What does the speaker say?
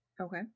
Okay